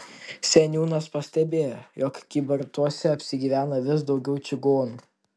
seniūnas pastebėjo jog kybartuose apsigyvena vis daugiau čigonų